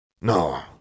No